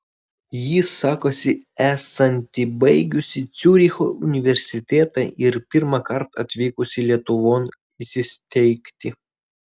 ji sakosi esanti baigusi ciuricho universitetą ir pirmąkart atvykusi lietuvon įsisteigti